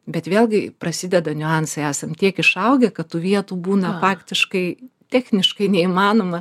bet vėlgi prasideda niuansai esam tiek išaugę kad tų vietų būna faktiškai techniškai neįmanoma